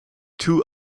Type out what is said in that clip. two